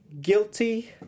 guilty